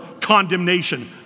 condemnation